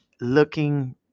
looking